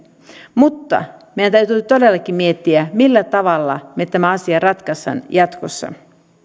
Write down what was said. mutta meidän täytyy nyt todellakin miettiä millä tavalla me tämän asian ratkaisemme jatkossa